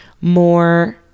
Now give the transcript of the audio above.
more